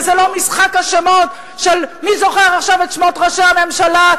וזה לא משחק השמות של מי זוכר עכשיו את שמות ראשי הממשלה,